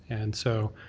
and so